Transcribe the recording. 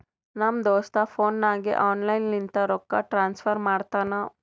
ನಮ್ ದೋಸ್ತ ಫೋನ್ ನಾಗೆ ಆನ್ಲೈನ್ ಲಿಂತ ರೊಕ್ಕಾ ಟ್ರಾನ್ಸಫರ್ ಮಾಡ್ತಾನ